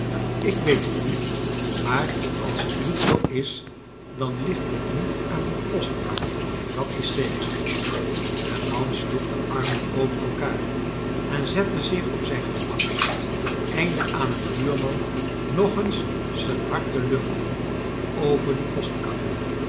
ik weet het niet maar als het niet zoo is dan ligt het niet aan die postkar dat is zeker de man sloeg de armen over elkaar ea zette zich op zijn gemak ten einde aan een buurman nog eens zijn hart te luchten over die